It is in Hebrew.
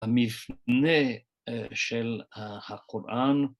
המפנה של הקוראן.